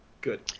Good